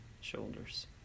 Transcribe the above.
shoulders